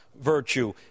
virtue